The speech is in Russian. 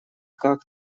как